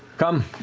come.